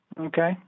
Okay